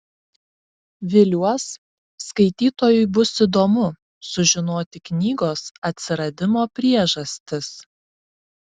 viliuos skaitytojui bus įdomu sužinoti knygos atsiradimo priežastis